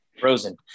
Frozen